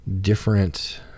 different